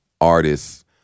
artists